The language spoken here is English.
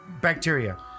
bacteria